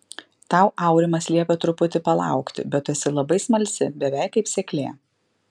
tau aurimas liepė truputį palaukti bet tu esi labai smalsi beveik kaip seklė